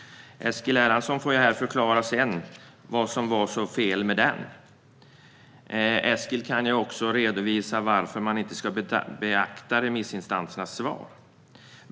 Eskil Erlandsson får förklara sedan vad som var så fel med den. Han kan ju också redovisa varför man inte ska beakta remissinstansernas svar.